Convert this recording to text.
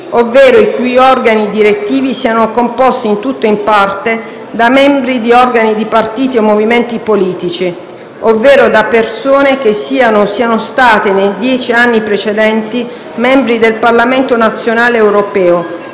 ovvero i cui organi direttivi siano composti in tutto o in parte da membri di organi di partiti o movimenti politici, ovvero da persone che siano o siano state nei dieci anni precedenti membri del Parlamento nazionale o europeo,